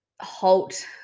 halt